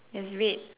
it's red